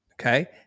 Okay